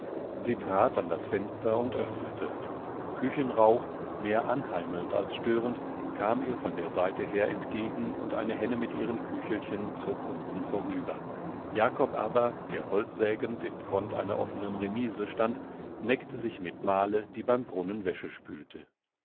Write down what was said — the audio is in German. sie trat an das fenster und öffnete küchenrauch mehr anheimelnd als störend kam ihr von der seite her entgegen und eine henne mit ihren küchelchen zog unten vorüber jakob aber der holzsägend in front einer offnen remise stand neckte sich mit male die beim brunnen wäsche spülte